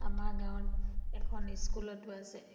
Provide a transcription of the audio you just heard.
আমাৰ গাঁৱত এখন স্কুলতো আছে